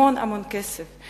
המון המון כסף,